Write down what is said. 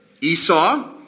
Esau